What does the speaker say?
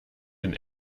den